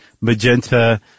magenta